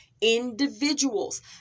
individuals